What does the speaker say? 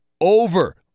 Over